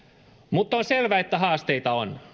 mutta on selvä että haasteita on